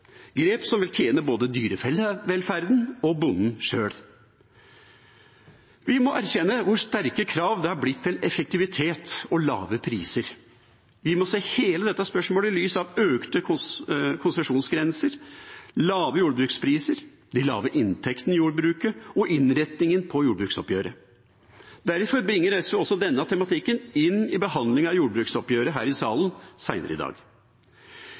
grep som vil tjene både dyrevelferden og bonden sjøl. Vi må erkjenne hvor sterke krav det har blitt til effektivitet og lave priser. Vi må se hele dette spørsmålet i lys av økte konsesjonsgrenser, lave jordbrukspriser, de lave inntektene i jordbruket og innretningen på jordbruksoppgjøret. Derfor bringer SV også denne tematikken inn i behandlingen av jordbruksoppgjøret her i salen senere i dag.